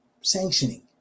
sanctioning